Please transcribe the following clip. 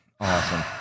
Awesome